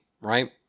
right